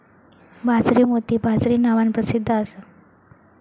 बाजरी मोती बाजरी नावान प्रसिध्द असा